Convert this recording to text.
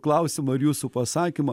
klausimą ir jūsų pasakymą